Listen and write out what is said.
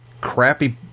crappy